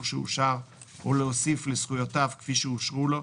שאושר או להוסיף לזכויותיו כפי שאושרו לו,